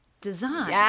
design